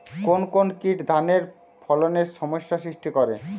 কোন কোন কীট ধানের ফলনে সমস্যা সৃষ্টি করে?